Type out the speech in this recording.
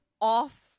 off